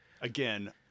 Again